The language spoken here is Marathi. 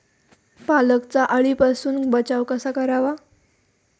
पालकचा अळीपासून बचाव कसा करावा?